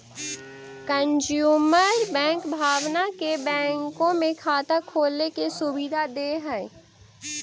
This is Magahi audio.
कंजूमर बैंक भावना के बैंकों में खाता खोले के सुविधा दे हइ